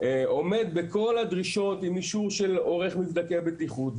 עומד בכל הדרישות עם אישור של עורך מבדקי הבטיחות,